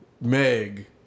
Meg